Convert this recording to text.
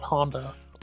Honda